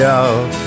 out